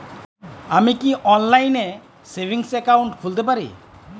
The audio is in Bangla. আমি কি অনলাইন এ সেভিংস অ্যাকাউন্ট খুলতে পারি?